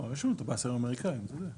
לא יש לנו את הפס האמריקאי היום.